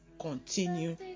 continue